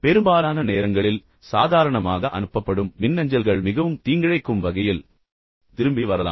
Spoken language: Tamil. பெரும்பாலான நேரங்களில் சாதாரணமாக அனுப்பப்படும் மின்னஞ்சல்கள் மிகவும் தீங்கிழைக்கும் வகையில் திரும்பி வரலாம்